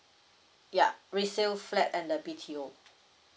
ya resale flat and the B_T_O